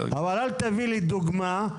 אבל אל תביא לי דוגמא,